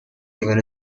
given